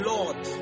Lord